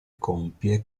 compie